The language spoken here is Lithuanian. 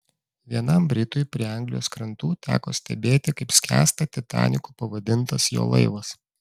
vienam britui prie anglijos krantų teko stebėti kaip skęsta titaniku pavadintas jo laivas